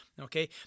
Okay